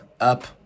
up